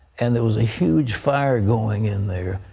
and there was a huge fire going in there.